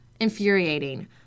infuriating